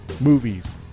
Movies